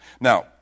Now